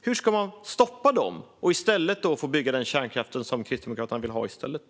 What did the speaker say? Hur ska man göra för att stoppa dem och bygga den kärnkraft som Kristdemokraterna vill ha i stället?